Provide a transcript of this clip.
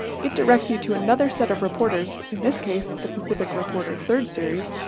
it directs you to another set of reporters, in this case the pacific reporter third series,